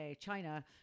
China